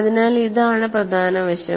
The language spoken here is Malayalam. അതിനാൽ ഇതാണ് പ്രധാന വശം